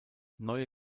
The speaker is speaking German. neue